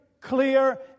clear